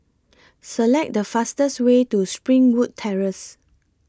Select The fastest Way to Springwood Terrace